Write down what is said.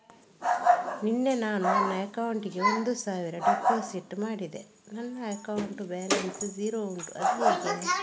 ನಿನ್ನೆ ನಾನು ನನ್ನ ಅಕೌಂಟಿಗೆ ಒಂದು ಸಾವಿರ ಡೆಪೋಸಿಟ್ ಮಾಡಿದೆ ನನ್ನ ಅಕೌಂಟ್ ಬ್ಯಾಲೆನ್ಸ್ ಝೀರೋ ಉಂಟು ಅದು ಹೇಗೆ?